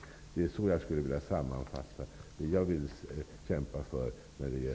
Så vill jag sammanfatta det som jag vill kämpa för i